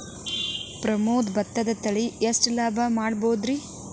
ಪ್ರಮೋದ ಭತ್ತದ ತಳಿ ಎಷ್ಟ ಲಾಭಾ ಮಾಡಬಹುದ್ರಿ?